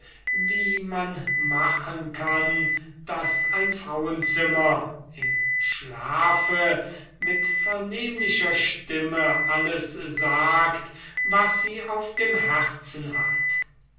wie man machen kann daß ein frauenzimmer im schlafe mit vernehmlicher stimme alles sagt was sie auf dem herzen hat